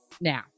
now